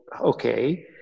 okay